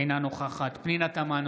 אינה נוכחת פנינה תמנו,